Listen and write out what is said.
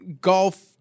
Golf